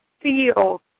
feel